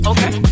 Okay